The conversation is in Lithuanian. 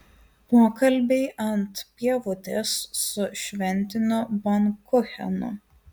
pokalbiai ant pievutės su šventiniu bankuchenu